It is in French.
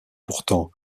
pourtant